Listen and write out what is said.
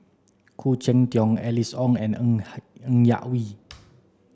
Khoo Cheng Tiong Alice Ong and Ng Yak Whee